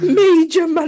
major